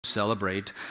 ...celebrate